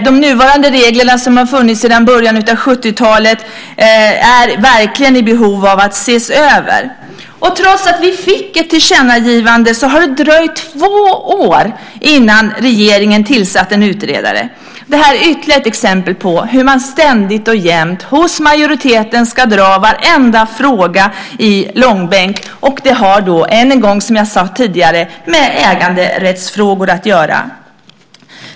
De nuvarande reglerna, som har funnits sedan början av 70-talet, är verkligen i behov av att ses över. Trots att vi fick ett tillkännagivande har det dröjt två år innan regeringen tillsatte en utredare. Detta är ytterligare ett exempel på hur majoriteten ständigt och jämt ska dra varenda fråga i långbänk - och än en gång har det, som jag sade tidigare, med äganderättsfrågor att göra.